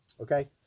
Okay